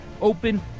open